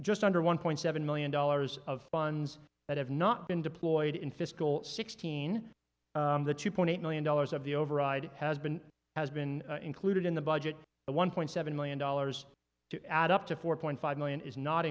just under one point seven million dollars of funds that have not been deployed in fiscal sixteen the two point eight million dollars of the override has been has been included in the budget the one point seven million dollars to add up to four point five million is not